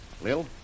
Lil